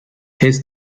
his